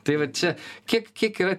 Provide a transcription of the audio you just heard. tai va čia kiek kiek yra